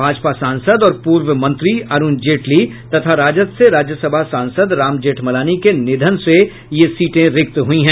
भाजपा सांसद और पूर्व मंत्री अरूण जेटली तथा राजद से राज्यसभा सांसद राम जेठमलानी के निधन से ये सीटें रिक्त हुई हैं